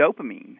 dopamine